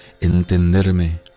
entenderme